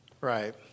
Right